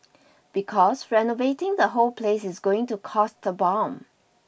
because renovating the whole place is going to cost a bomb